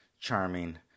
charming